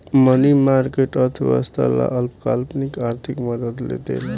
मनी market, अर्थव्यवस्था ला अल्पकालिक आर्थिक मदद देला